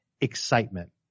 excitement